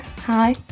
hi